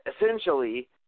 essentially